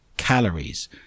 Calories